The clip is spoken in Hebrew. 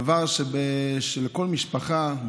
דבר שלכל משפחה,